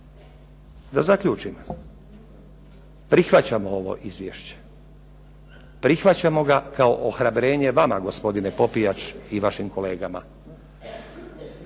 Da zaključim. Prihvaćamo ovo izvješće, prihvaćamo ga kao ohrabrenje vama gospodine Popijač i vašim kolegama,